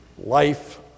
life